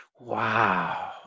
Wow